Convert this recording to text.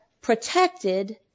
protected